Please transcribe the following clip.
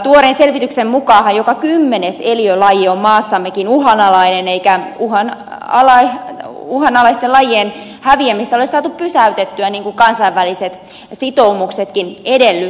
tuoreen selvityksen mukaanhan joka kymmenes eliölaji on maassammekin uhanalainen eikä uhanalaisten lajien häviämistä ole saatu pysäytettyä mitä kansainväliset sitoumuksetkin edellyttäisivät